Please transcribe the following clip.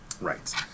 Right